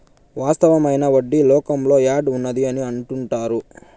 వాస్తవమైన వడ్డీ లోకంలో యాడ్ ఉన్నది అని అంటుంటారు